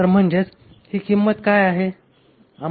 तर म्हणजेच ही किंमत काय आहे